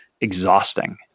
exhausting